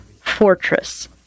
Fortress